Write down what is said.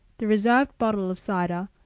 the reserved bottle of cider,